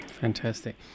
Fantastic